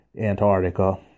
Antarctica